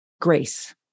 grace